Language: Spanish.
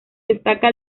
destaca